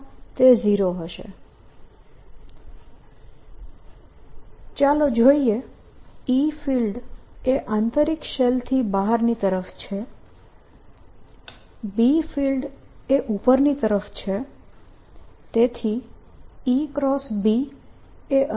E0 for Sa Sb E2π0s for aSb ચાલો જોઈએ E field એ આંતરિક શેલથી બહારની તરફ છે B ફિલ્ડ એ ઉપરની તરફ છે